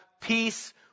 peace